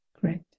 Great